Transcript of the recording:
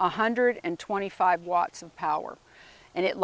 hundred and twenty five watts of power and it